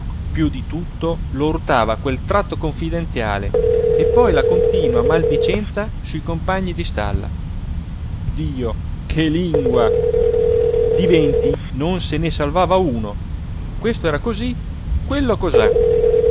piú di tutto lo urtava quel tratto confidenziale e poi la continua maldicenza sui compagni di stalla dio che lingua di venti non se ne salvava uno questo era cosí quello cosà